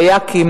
קיאקים,